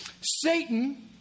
Satan